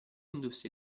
indusse